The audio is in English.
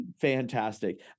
fantastic